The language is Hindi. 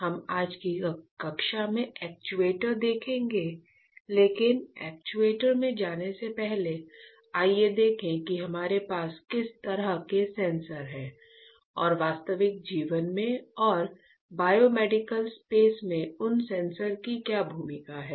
हम आज की कक्षा में एक्चुएटर देखेंगे लेकिन एक्ट्यूएटर में जाने से पहले आइए देखें कि हमारे पास किस तरह के सेंसर हैं और वास्तविक जीवन में और बायोमेडिकल स्पेस में उन सेंसर की क्या भूमिका है